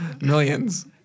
Millions